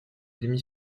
demi